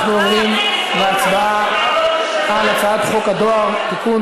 אנחנו עוברים להצבעה על הצעת חוק הדואר (תיקון,